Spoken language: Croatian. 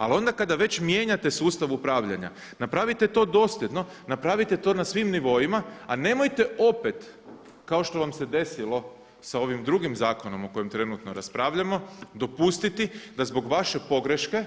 Ali onda kada već mijenjate sustav upravljanja napravite to dosljedno, napravite to na svim nivoima, a nemojte opet kao što vam se desilo sa ovim drugim zakonom o kojem trenutno raspravljamo dopustiti da zbog vaše pogreške